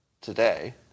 today